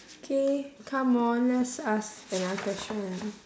okay come on let's ask another question